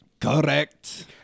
Correct